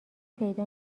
پیدا